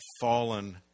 fallen